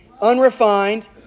unrefined